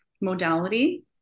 modality